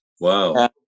wow